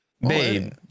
Babe